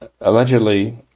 allegedly